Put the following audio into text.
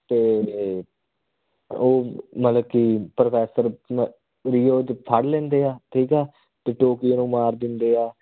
ਅਤੇ ਉਹ ਮਤਲਬ ਕਿ ਪ੍ਰਫੈਸਰ ਵੀ ਉਹ ਅਤੇ ਫੜ੍ਹ ਲੈਂਦੇ ਆ ਠੀਕ ਆ ਅਤੇ ਟੋਕੀਓ ਉਹਨੂੰ ਮਾਰ ਦਿੰਦੇ ਆ